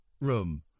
room